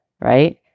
right